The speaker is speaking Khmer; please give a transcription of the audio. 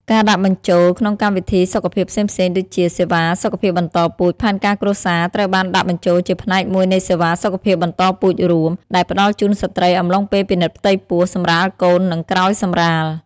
ការដាក់បញ្ចូលក្នុងកម្មវិធីសុខភាពផ្សេងៗដូចជា សេវាសុខភាពបន្តពូជ ផែនការគ្រួសារត្រូវបានដាក់បញ្ចូលជាផ្នែកមួយនៃសេវាសុខភាពបន្តពូជរួម ដែលផ្ដល់ជូនស្ត្រីអំឡុងពេលពិនិត្យផ្ទៃពោះ សម្រាលកូន និងក្រោយសម្រាល ។